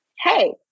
Hey